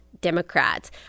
Democrats